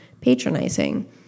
patronizing